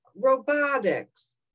robotics